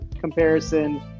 comparison